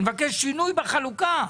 אני מבקש שינוי בחלוקה.